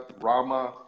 Rama